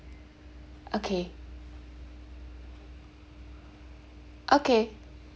okay okay